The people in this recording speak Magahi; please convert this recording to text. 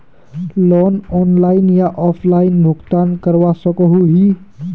लोन ऑनलाइन या ऑफलाइन भुगतान करवा सकोहो ही?